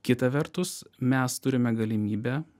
kita vertus mes turime galimybę